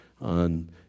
on